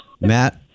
Matt